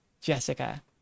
Jessica